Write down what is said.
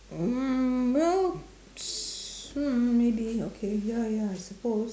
um well um maybe okay ya ya I suppose